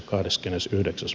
maaliskuuta